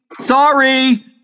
sorry